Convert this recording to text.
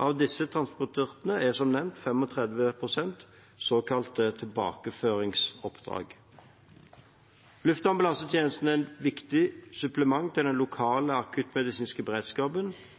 Av disse transportene er, som nevnt, 35 pst. såkalte tilbakeføringsoppdrag. Luftambulansetjenesten er et viktig supplement til den lokale akuttmedisinske beredskapen,